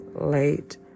late